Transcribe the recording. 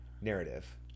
narrative